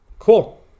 Cool